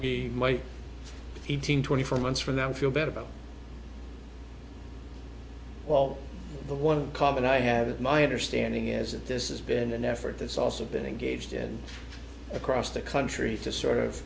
he might eighteen twenty four months from now feel better about all the one common i have my understanding is that this has been an effort that's also been engaged in across the country to sort of